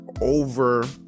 over